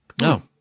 No